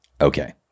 okay